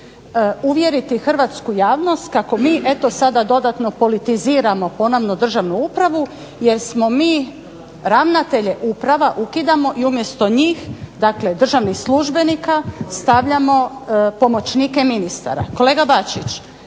uvjeriti hrvatsku javnost kako mi eto sada dodatno politiziramo ponovno državnu upravu jer smo mi ravnatelje uprava ukidamo i umjesto njih, dakle državnih službenika, stavljamo pomoćnike ministara. Kolega Bačić,